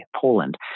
Poland